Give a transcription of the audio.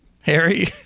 Harry